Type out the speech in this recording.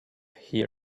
here